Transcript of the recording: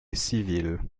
civile